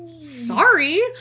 sorry